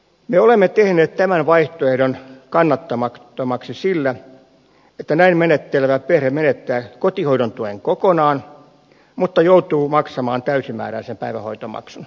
me olemme tehneet tämän vaihtoehdon kannattamattomaksi sillä että näin menettelevä perhe menettää kotihoidon tuen kokonaan mutta joutuu maksamaan täysimääräisen päivähoitomaksun